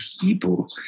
people